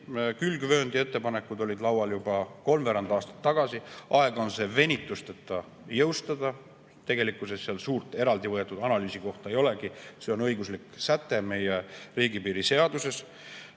Külgvööndi ettepanekud olid laual juba kolmveerand aastat tagasi, aeg on see venitusteta jõustada. Tegelikkuses seal suurt eraldivõetud analüüsikohta ei olegi, see on õiguslik säte meie riigipiiri seaduses.